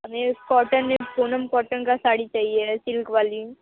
अब ये कॉटन में पूनम कॉटन का साड़ी चाहिए सिल्क वाली